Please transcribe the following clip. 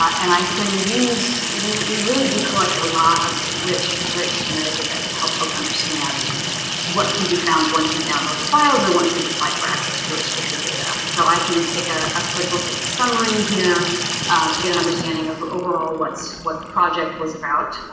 and i can use. we really do collect a lot of rich rich metadata to help folks understand what can be found once you download the files or once you've applied for access to restricted data. so i can take ah a quick look at the summary here to get an understanding of, overall, what the project was about,